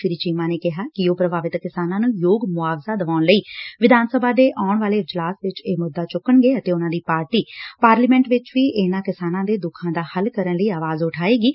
ਸ੍ਰੀ ਚੀਮਾ ਨੇ ਕਿਹਾ ਕਿ ਉਹ ਪ੍ਰਭਾਵਿਤ ਕਿਸਾਨਾਂ ਨੂੰ ਯੋਗ ਮੁਆਵਜ਼ਾ ਦਿਵਾਉਣ ਲਈ ਵਿਧਾਨ ਸਭਾ ਦੇ ਆਉਣ ਵਾਲੇ ਇਜਲਾਸ ਵਿਚ ਇਹ ਮੁੱਦਾ ਚੁਕਣਗੇ ਅਤੇ ਉਨ੍ਹਾ ਦੀ ਪਾਰਟੀ ਪਾਰਲੀਮੇਂਟ ਵਿਚ ਵੀ ਇਨਾਂ ਕਿਸਾਨਾਂ ਦੇ ਦੁੱਖਾਂ ਦਾ ਹੱਲ ਕਰਨ ਲਈ ਆਵਾਜ਼ ਉਠਾਏਗੀ